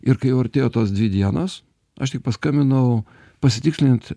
ir kai jau artėjo tos dvi dienos aš tik paskambinau pasitikslint